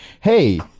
hey